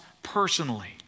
personally